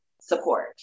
support